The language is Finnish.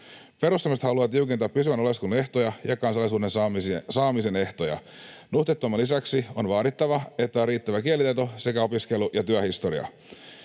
Perussuomalaiset haluavat tiukentaa pysyvän oleskelun ehtoja ja kansalaisuuden saamisen ehtoja. Nuhteettomuuden lisäksi on vaadittava, että on riittävä kielitaito sekä opiskelu- ja työhistoria.